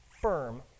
firm